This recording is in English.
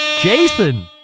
Jason